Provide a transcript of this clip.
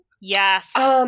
yes